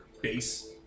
base